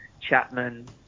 Chapman